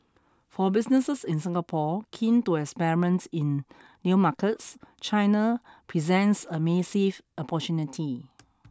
for businesses in Singapore keen to experiment in new markets China presents a massive opportunity